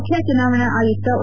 ಮುಖ್ಯ ಚುನಾವಣೆ ಆಯುಕ್ತ ಒ